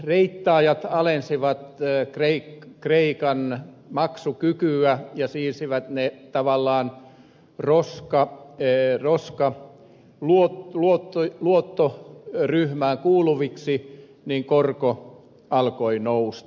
kun reittaajat alensivat kreikan maksukykyä ja siirsivät sen lainat tavallaan ruoskaa tee koska luottoluottojen luotto roskaluottoryhmään kuuluviksi niin korko alkoi nousta